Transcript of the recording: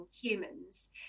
humans